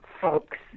folks